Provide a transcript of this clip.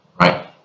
right